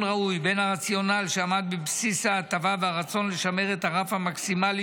ראוי בין הרציונל שעמד בבסיס ההטבה והרצון לשמר את הרף המקסימלי